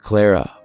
Clara